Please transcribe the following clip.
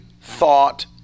thought